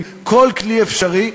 כל כלי אפשרי.